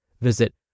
Visit